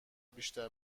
بیشتر